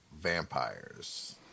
vampires